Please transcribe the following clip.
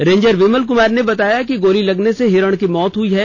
ranger Vimal Kumar ने बताया कि गोली लगने से हिरण की मौत हुई है